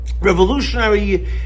revolutionary